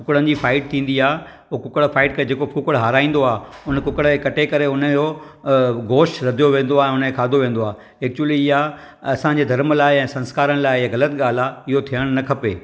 कुकड़नि जी फाइट थींदी आहे हु कुक्कड़ फाइट में जेको कुकड़ हाराइंदो आहे हुन कुकड़ खे कटे करे हुनजो गोश रधियो वेंदो आहे ऐं हुनखे खाधो वेंदो आहे ऐक्चुअली इहा असांजे धर्म लाइ संस्कार लाइ ॻलति ॻल्हि आहे इहो थियणु न खपे